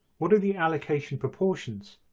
what are the allocation proportions?